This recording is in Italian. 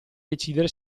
decidere